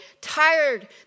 tired